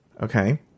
okay